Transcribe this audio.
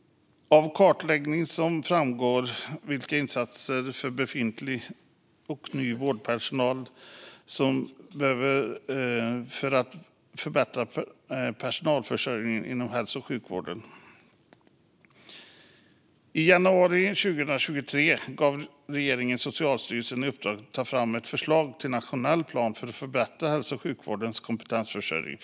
Av kartläggningen ska framgå vilka insatser för befintlig och ny vårdpersonal som kan behövas för att förbättra personalförsörjningen inom hälso och sjukvården. I januari 2023 gav regeringen Socialstyrelsen i uppdrag att ta fram ett förslag till nationell plan för att förbättra hälso och sjukvårdens kompetensförsörjning.